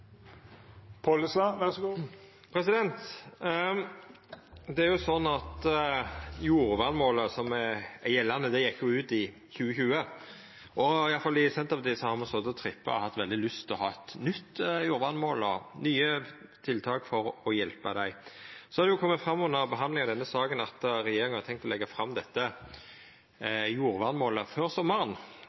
Det gjeldande jordvernmålet gjekk ut i 2020, og iallfall i Senterpartiet har me stått og trippa og har hatt veldig lyst til å få eit nytt jordvernmål – nye tiltak for å hjelpa. Det har kome fram under behandlinga av denne saka at regjeringa har tenkt å leggja fram dette jordvernmålet før sommaren.